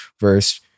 verse